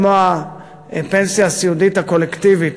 כמו הפנסיה הסיעודית הקולקטיבית,